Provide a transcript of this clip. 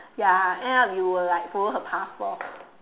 ya end up you will like follow her path lor